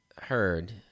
heard